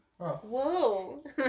Whoa